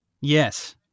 Yes